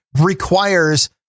requires